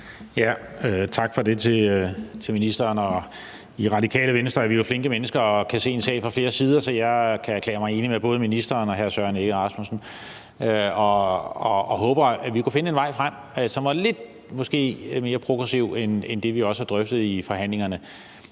Tak for det til ministeren. I Radikale Venstre er vi jo flinke mennesker og kan se en sag fra flere sider, så jeg kan erklære mig enig med både ministeren og hr. Søren Egge Rasmussen. Og jeg håber, at vi kan finde en vej frem, som måske var lidt mere progressiv end det, vi også har drøftet i forhandlingerne.